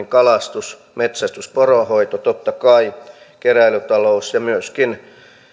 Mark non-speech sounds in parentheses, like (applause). (unintelligible) kalastus metsästys poronhoito totta kai keräilytalous ja myöskin